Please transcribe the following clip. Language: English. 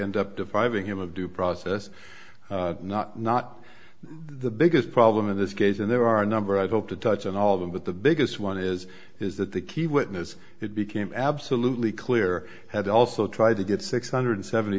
and up to five in him of due not process not the biggest problem in this case and there are a number i hope to touch on all of them but the biggest one is is that the key witness it became absolutely clear had also tried to get six hundred seventy